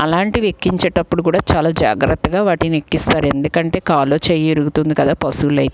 అలాంటివి ఎక్కించేటప్పుడు కూడా చాలా జాగ్రత్తగా వాటిని ఎక్కిస్తారు ఎందుకంటే కాలో చెయ్యో విరుగుతుంది కదా పసువులైతే